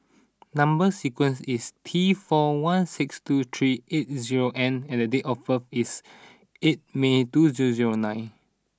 number sequence is T four one six two three eight zero N and date of birth is eight May two zero zero nine